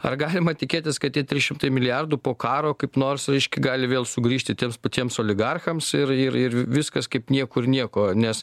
ar galima tikėtis kad tie trys šimtai milijardų po karo kaip nors raiškia gali vėl sugrįžti tiems patiems oligarchams ir ir ir viskas kaip niekur nieko nes